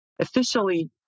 officially